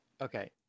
Okay